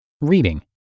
Reading